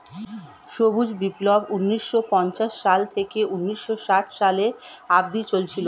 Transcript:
সবুজ বিপ্লব ঊন্নিশো পঞ্চাশ সাল থেকে ঊন্নিশো ষাট সালে অব্দি চলেছিল